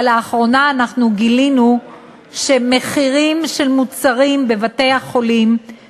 אבל לאחרונה גילינו שמחירים של מוצרים שנמכרים